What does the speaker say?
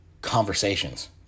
conversations